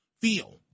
Feel